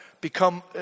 become